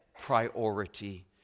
priority